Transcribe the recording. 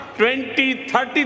2030